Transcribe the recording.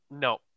no